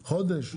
חודש?